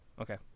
Okay